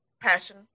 passion